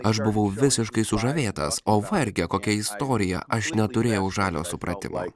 aš buvau visiškai sužavėtas o varge kokia istorija aš neturėjau žalio supratimo